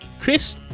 Chris